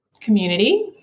community